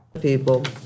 People